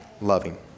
loving